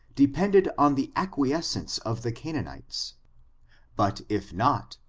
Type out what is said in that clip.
depended on the acquiescence of the ca naanites but if not,